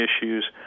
issues